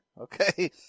okay